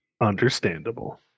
Understandable